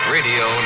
Radio